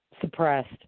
suppressed